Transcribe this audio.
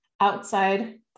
outside